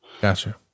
Gotcha